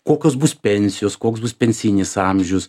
kokios bus pensijos koks bus pensijinis amžius